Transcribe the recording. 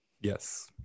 Yes